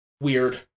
weird